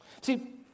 See